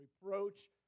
reproach